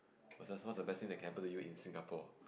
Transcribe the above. versus what is the best thing that can happen to you in Singapore